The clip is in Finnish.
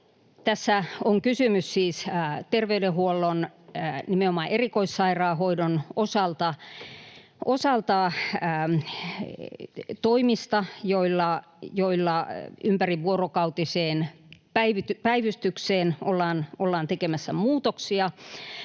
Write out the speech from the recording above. Tässä on kysymys siis terveydenhuollon, nimenomaan erikoissairaanhoidon osalta, toimista, joilla ympärivuorokautiseen päivystykseen ollaan tekemässä muutoksia.